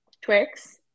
Twix